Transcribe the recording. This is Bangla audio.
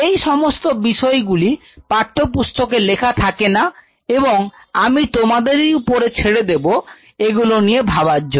এই সমস্ত বিষয়গুলি পাঠ্যপুস্তকে লেখা থাকে না এবং আমি তোমাদের ওপরই ছেড়ে দেব এগুলো নিয়ে ভাবার জন্য